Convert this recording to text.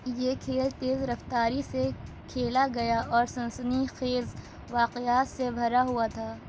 یہ کھیل تیز رفتاری سے کھیلا گیا اور سنسنی خیز واقعات سے بھرا ہوا تھا